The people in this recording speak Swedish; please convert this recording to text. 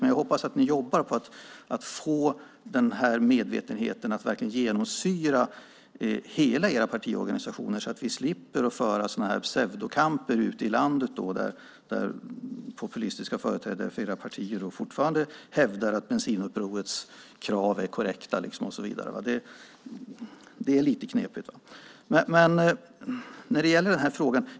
Men jag hoppas att ni jobbar på att få denna medvetenhet att genomsyra alla era partiorganisationer så att vi slipper föra pseudokamper ute i landet där populistiska företrädare för era partier fortfarande hävdar att bensinupprorets krav är korrekta och så vidare. Det är lite knepigt.